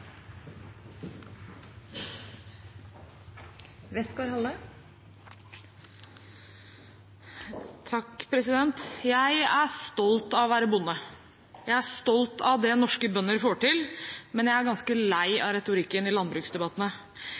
å levera. Jeg er stolt av å være bonde, jeg er stolt av det norske bønder får til, men jeg er ganske lei av retorikken i